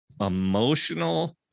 emotional